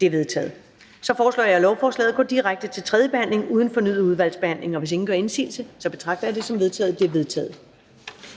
De er vedtaget. Jeg foreslår, at lovforslaget går direkte til tredje behandling uden fornyet udvalgsbehandling. Hvis ingen gør indsigelse, betragter jeg dette som vedtaget. Det er vedtaget.